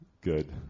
good